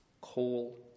Coal